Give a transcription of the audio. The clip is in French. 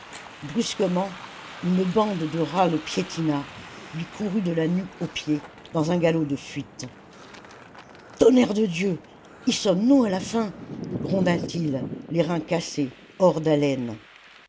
brusquement une bande de rats le piétina lui courut de la nuque aux pieds dans un galop de fuite tonnerre de dieu y sommes-nous à la fin gronda t il les reins cassés hors d'haleine